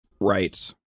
Right